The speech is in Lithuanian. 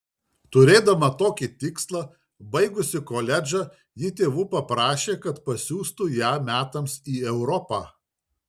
turėdama tokį tikslą baigusi koledžą ji tėvų paprašė kad pasiųstų ją metams į europą